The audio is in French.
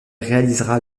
réalisera